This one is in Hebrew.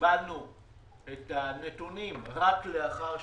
קיבלנו את הנתונים רק לאחר שנה,